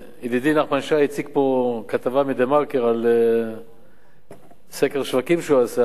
ידידי נחמן שי הציג פה כתבה מ"דה-מרקר" על סקר שווקים שהוא עשה.